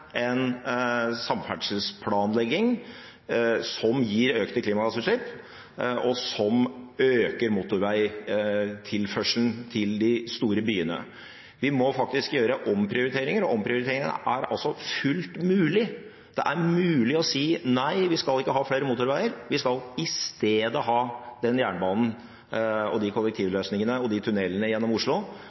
en samferdselsplanlegging som gir økte klimagassutslipp, og som øker motorveitilførselen til de store byene. Vi må faktisk gjøre omprioriteringer, og omprioriteringene er altså fullt mulig: Det er mulig å si nei, vi skal ikke ha flere motorveier – vi skal i stedet ha den jernbanen, de kollektivløsningene og de tunnelene gjennom Oslo